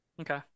Okay